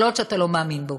כל עוד אתה לא מאמין בכך.